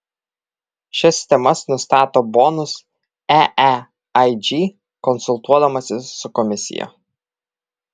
šias temas nustato bonus eeig konsultuodamasis su komisija